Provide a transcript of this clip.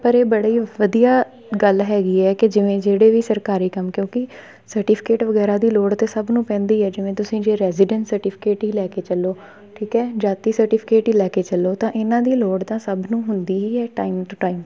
ਪਰ ਇਹ ਬੜੇ ਵਧੀਆ ਗੱਲ ਹੈਗੀ ਹੈ ਕਿ ਜਿਵੇਂ ਜਿਹੜੇ ਵੀ ਸਰਕਾਰੀ ਕੰਮ ਕਿਉਂਕਿ ਸਰਟੀਫਿਕੇਟ ਵਗੈਰਾ ਦੀ ਲੋੜ ਤਾਂ ਸਭ ਨੂੰ ਪੈਂਦੀ ਹੈ ਜਿਵੇਂ ਤੁਸੀਂ ਜੇ ਰੈਜੀਡੈਂਸ ਸਰਟੀਫਿਕੇਟ ਹੀ ਲੈ ਕੇ ਚੱਲੋ ਠੀਕ ਆ ਜਾਤੀ ਸਰਟੀਫਿਕੇਟ ਲੈ ਕੇ ਚੱਲੋ ਤਾਂ ਇਹਨਾਂ ਦੀ ਲੋੜ ਤਾਂ ਸਭ ਨੂੰ ਹੁੰਦੀ ਹੀ ਇਹ ਟਾਈਮ ਟੂ ਟਾਈਮ